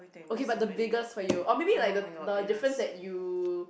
okay but the biggest for you or maybe like the the difference that you